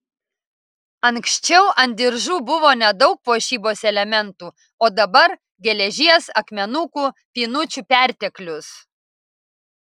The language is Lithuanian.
anksčiau ant diržų buvo nedaug puošybos elementų o dabar geležies akmenukų pynučių perteklius